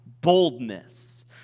Boldness